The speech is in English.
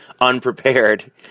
unprepared